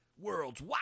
World's